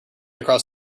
across